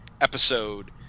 episode